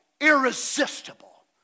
irresistible